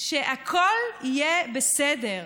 שהכול יהיה בסדר,